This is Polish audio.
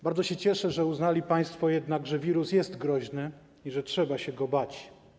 Bardzo się cieszę, że uznali państwo jednak, że wirus jest groźny i że trzeba się go bać.